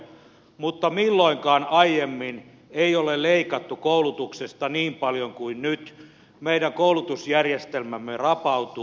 mutta milloinkaan aiemmin ei ole leikattu koulutuksesta niin paljon kuin nyt meidän koulutusjärjestelmämme rapautuu